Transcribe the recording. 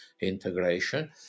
integration